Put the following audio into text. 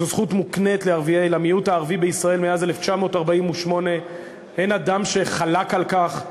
זו זכות מוקנית למיעוט הערבי בישראל מאז 1948. אין אדם שחלק על כך.